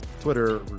Twitter